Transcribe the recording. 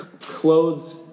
clothes